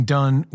done